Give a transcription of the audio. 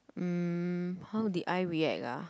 mm how did I react ah